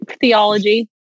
theology